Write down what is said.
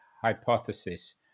hypothesis